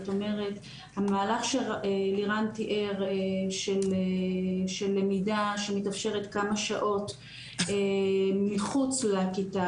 זאת אומרת המהלך שלירן תיאר של למידה שמתאפשרת כמה שעות מחוץ לכיתה,